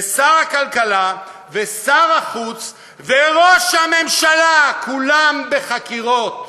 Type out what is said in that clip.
ושר הכלכלה, ושר החוץ, וראש הממשלה, כולם בחקירות,